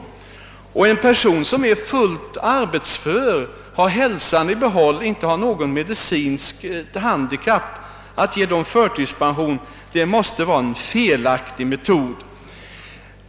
Att ge en person som är fullt arbetsför, som har hälsan i behåll, som inte har något medicinskt betingat handikapp, förtidspension måste vara en felaktig metod.